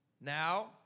Now